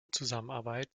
zusammenarbeit